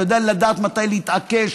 אתה יודע לדעת מתי להתעקש,